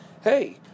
hey